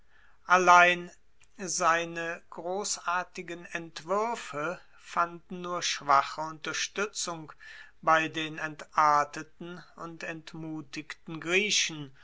allein seine grossartigen entwuerfe fanden nur schwache unterstuetzung bei den entarteten und entmutigten griechen